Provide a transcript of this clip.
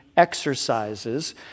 exercises